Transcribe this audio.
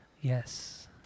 Yes